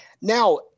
now